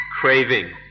craving